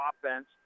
offense